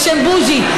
בשם בוז'י,